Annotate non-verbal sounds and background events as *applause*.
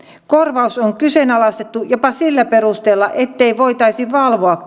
korvaus on kyseenalaistettu jopa sillä perusteella ettei voitaisi valvoa *unintelligible*